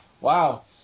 wow